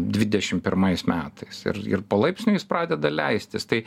dvidešim pirmais metais ir ir palaipsniui jis pradeda leistis tai